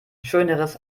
schöneres